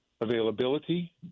availability